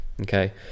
okay